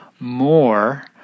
more